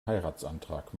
heiratsantrag